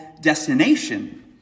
destination